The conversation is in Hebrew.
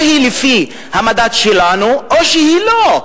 או שהיא לפי המדד שלנו או שהיא לא.